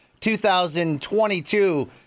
2022